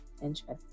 Interesting